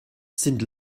sind